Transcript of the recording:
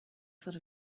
sort